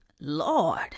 lord